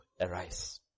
Arise